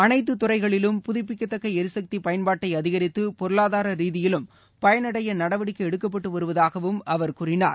அனைத்துத் துறைகளிலும் புதுப்பிக்கத்தக்க எரிசக்தி பயன்பாட்டை அதிகரித்து பொருளாதார ரீதியிலும் பயனடைய நடவடிக்கை எடுக்கப்பட்டு வருவதாகவும் அவர் கூறினார்